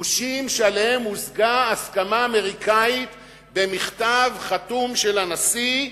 גושים שעליהם הושגה הסכמה אמריקנית במכתב חתום של הנשיא?